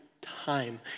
time